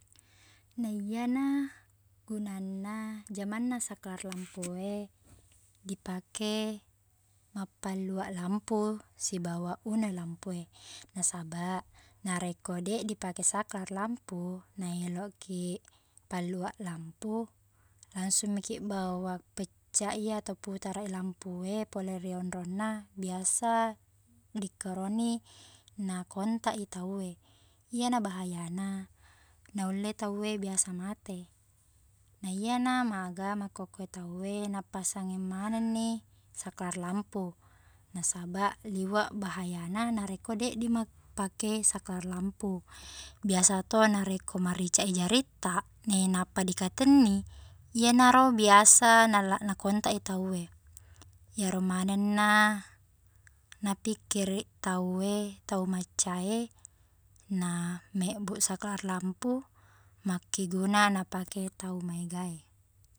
Naiyana gunanna, jamanna sakelar lampu e, dipake mappalluaq lampu sibawa una lampu e. Nasabaq, narekko deq dipake sakelar lampu, na elokki palluaq lampu, langsung maki bawa pecca i ato putara i lampu e pole ri onrongna, biasa dikkoroni nakontak i tauwe. Iyena bahayana, naulle tauwe biasa mate. Naiyana maga makkokko e tauwe nappasangi manenni sakelar lampu. Nasabaq liweq bahayana narekko deq dimak- pake sakelar lampu. Biasato narekko maricaq i jaritta nainappa dikatenni, iyanaro biasa nallaq nakontak i tauwe. Iyero manenna napikkiri tauwe, tau macca e, namebbu sakelar lampu makkeguna napake tau maega e.